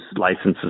licenses